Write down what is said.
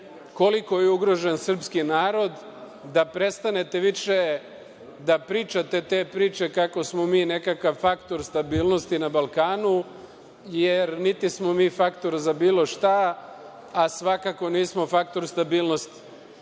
koliko je ugrožen srpski narod, da prestanete više da pričate te priče kako smo mi nekakav faktor stabilnosti na Balkanu, jer niti smo mi faktor za bilo šta, a svakako nismo faktor stabilnosti. Ukoliko